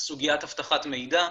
סוגיית אבטחת מידע.